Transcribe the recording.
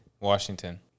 Washington